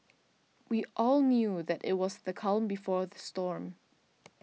we all knew that it was the calm before the storm